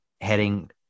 heading